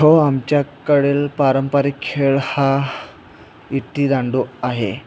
हो आमच्याकडील पारंपरिक खेळ हा विटीदांडू आहे